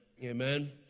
Amen